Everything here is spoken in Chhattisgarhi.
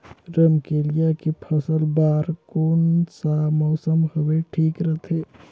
रमकेलिया के फसल बार कोन सा मौसम हवे ठीक रथे?